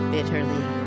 Bitterly